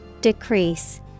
Decrease